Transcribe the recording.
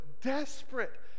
desperate